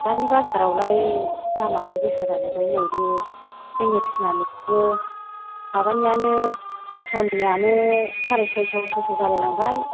दानि बाजारावलाय दामालाय गोसा जाजोबबाय नैबे जोंनि थिनालिफ्रावबो माबानिआनो फास'निआनो साराय सयस' सयस' जालाय लांबाय